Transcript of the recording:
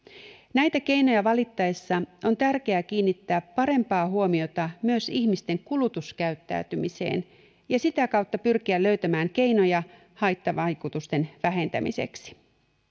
näitä keinoja valittaessa on tärkeä kiinnittää parempaa huomiota myös ihmisten kulutuskäyttäytymiseen ja sitä kautta pyrkiä löytämään keinoja haittavaikutusten vähentämiseksi